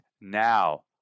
now